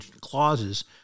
clauses